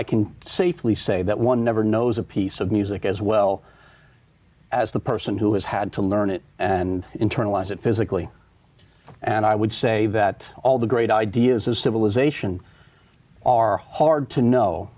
i can safely say but one never knows a piece of music as well as the person who has had to learn it and internalize it physically and i would say that all the great ideas of civilization are hard to know